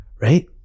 right